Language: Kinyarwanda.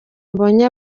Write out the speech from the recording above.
mbonye